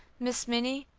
miss minnie,